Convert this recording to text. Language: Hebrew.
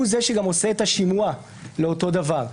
הוא זה שגם עושה את השימוע לאותו דבר,